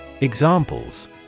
Examples